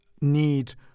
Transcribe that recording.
need